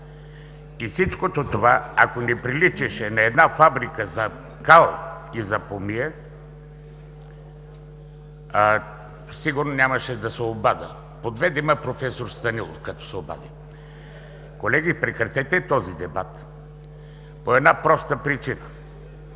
И всичкото това, ако не приличаше на фабрика за кал и помия, сигурно нямаше да се обадя. Подведе ме професор Станилов, като се обади. Колеги, прекратете този дебат по една проста причина.